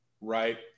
right